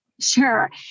Sure